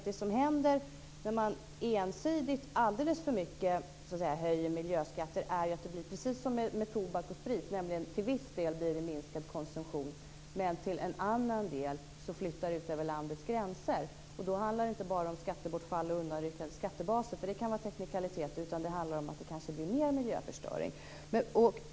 Det som händer när man ensidigt höjer miljöskatterna för mycket är ju att det blir precis som med tobaken och spriten, nämligen att det till viss del blir en minskad konsumtion men att problemet till en annan del flyttar utanför landets gränser. Då handlar det inte bara om skattebortfall och undanryckande av skattebaser - det kan vara teknikaliteter - utan då handlar det om att det kanske blir mer miljöförstöring.